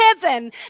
heaven